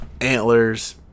Antlers